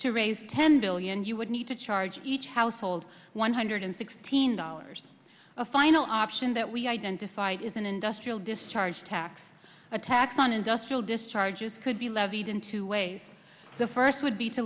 to raise ten billion you would need to charge each household one hundred sixteen dollars a final option that we identified is an industrial discharge tax a tax on industrial discharges could be levied in two ways the first would be to